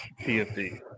PFD